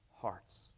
hearts